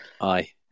Aye